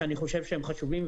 שאני חושב שהם חשובים,